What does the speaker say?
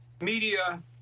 media